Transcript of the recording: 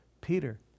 Peter